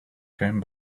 came